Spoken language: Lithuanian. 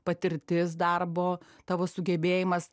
patirtis darbo tavo sugebėjimas